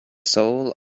soul